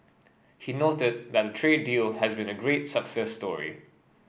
he noted that the trade deal has been a great success story